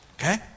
okay